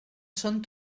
són